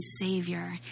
Savior